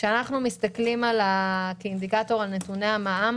כשאנחנו מסתכלים כאינדיקטור על נתוני המע"מ